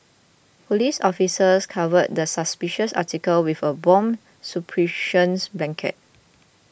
police officers covered the suspicious article with a bomb suppressions blanket